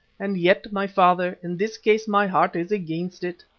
and yet, my father, in this case my heart is against it.